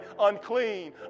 unclean